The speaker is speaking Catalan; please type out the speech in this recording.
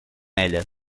ella